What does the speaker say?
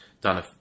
done